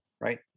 right